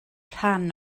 rhan